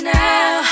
now